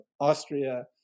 Austria